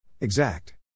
Exact